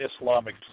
Islamic